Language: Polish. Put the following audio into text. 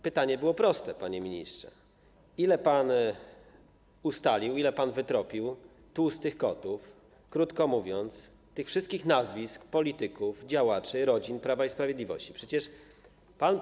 Pytanie było proste, panie ministrze: Ile pan ustalił, ile pan wytropił tłustych kotów, krótko mówiąc, tych wszystkich nazwisk polityków, działaczy Prawa i Sprawiedliwości, członków ich rodzin?